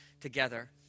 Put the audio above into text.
together